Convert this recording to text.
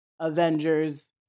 Avengers